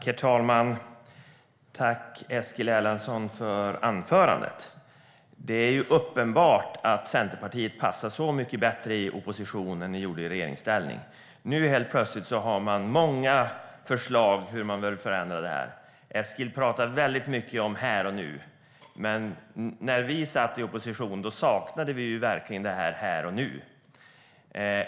Herr talman! Tack, Eskil Erlandsson, för anförandet! Det är ju uppenbart att Centerpartiet passar mycket bättre i opposition än det gjorde i regeringsställning. Nu har man helt plötsligt många förslag på hur man bör förändra det här. Eskil talar väldigt mycket om här och nu. När vi satt i opposition saknade vi verkligen detta här och nu.